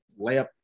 layup